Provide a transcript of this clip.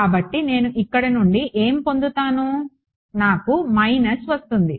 కాబట్టి నేను ఇక్కడ నుండి ఏమి పొందుతాను నాకు మైనస్ వస్తుంది